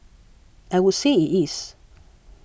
I would say it is